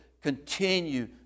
continue